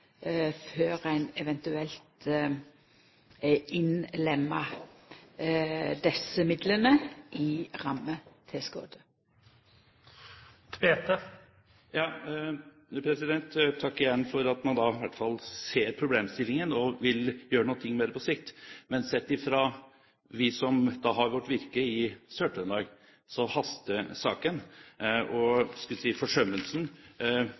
før ein eventuelt innlemmar desse midlane i rammetilskotet. Takk igjen for at man i hvert fall ser problemstillingen og vil gjøre noe med det på sikt. Men for oss som har vårt virke i Sør-Trøndelag, haster saken, og forsømmelsen